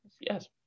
yes